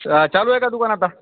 अच्छा चालू आहे का दुकान आता